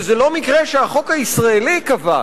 וזה לא מקרה שהחוק הישראלי קבע,